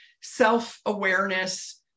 self-awareness